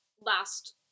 last